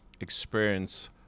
experience